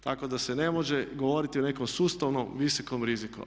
Tako da se ne može govoriti o nekom sustavno visokom riziku.